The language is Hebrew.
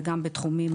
וגם בתחומים